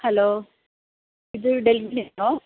hello ഇത് ആണോ